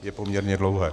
Je poměrně dlouhé.